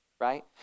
right